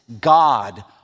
God